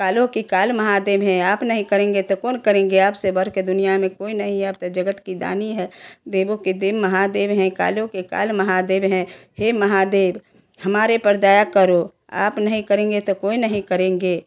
कालों के काल महादेव हैं आप नहीं करेंगे तो कौन करेंगे आपसे बढ़कर दुनिया में कोई नहीं है आप तो जगत की दानी है देवों के देव महादेव है कालों के काल महादेव है हे महादेव हमारे पर दया करो आप नहीं करेंगे तो कोई नहीं करेंगे